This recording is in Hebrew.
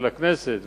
של הכנסת,